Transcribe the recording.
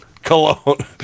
Cologne